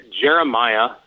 Jeremiah